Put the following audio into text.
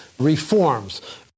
reforms